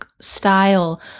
style